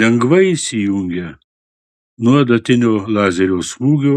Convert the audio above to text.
lengvai išsijungia nuo adatinio lazerio smūgio